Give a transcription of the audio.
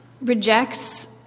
rejects